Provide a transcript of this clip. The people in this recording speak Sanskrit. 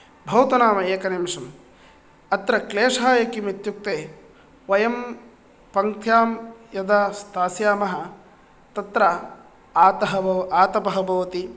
भवतु नाम एकनिमिषम् अत्र क्लेशः किम् इत्युक्ते वयं पङ्क्त्यां यदा स्थास्यामः तत्र आतः आतपः भवति